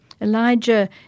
Elijah